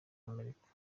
amerika